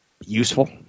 useful